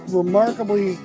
remarkably